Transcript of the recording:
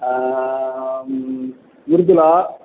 Mridula